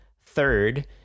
third